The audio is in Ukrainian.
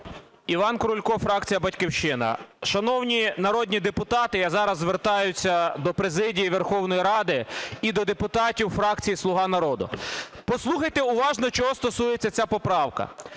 Іван Крулько, фракція "Батьківщина". Шановні народні депутати, я зараз звертаюся до президії Верховної Ради і до депутатів фракції "Слуга народу". Послухайте уважно, чого стосується ця поправка.